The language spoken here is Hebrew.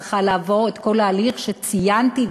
צריך לעבור את כל ההליך שציינתי,